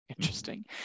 interesting